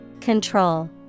Control